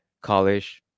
college